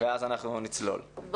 לאחר מכן נצלול לנושא.